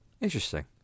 Interesting